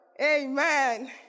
Amen